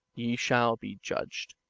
ye shall be judged.